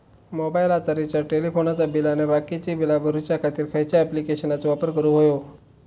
मोबाईलाचा रिचार्ज टेलिफोनाचा बिल आणि बाकीची बिला भरूच्या खातीर खयच्या ॲप्लिकेशनाचो वापर करूक होयो?